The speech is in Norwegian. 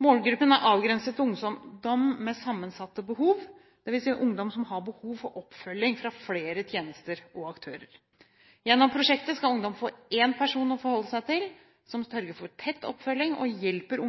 Målgruppen er avgrenset til ungdom med sammensatte behov, dvs. ungdom som har behov for oppfølging fra flere tjenester og aktører. Gjennom prosjektet skal ungdom får én person å forholde seg til som sørger for tett oppfølging og hjelper